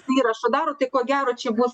įrašą daro tai ko gero čia bus